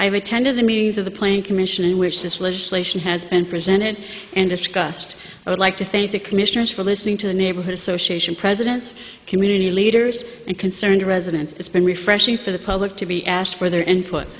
i have attended the meetings of the plane commission in which this legislation has been presented and discussed i would like to thank the commissioners for listening to the neighborhood association presidents community leaders and concerned residents it's been refreshing for the public to be asked for their input